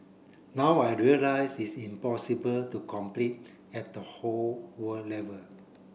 now I realise is impossible to complete at the whole world level